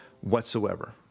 whatsoever